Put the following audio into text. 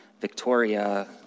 Victoria